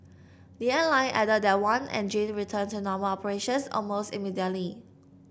the airline added that one engine returned to normal operations almost immediately